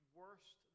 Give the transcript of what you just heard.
worst